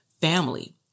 family